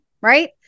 right